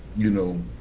you know,